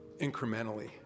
incrementally